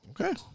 Okay